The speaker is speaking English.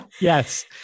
Yes